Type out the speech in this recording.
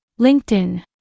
LinkedIn